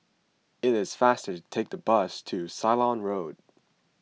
it is faster to take the bus to Ceylon Road